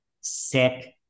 sick